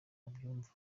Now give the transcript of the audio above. babyumva